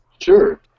Sure